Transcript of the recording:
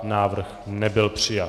Návrh nebyl přijat.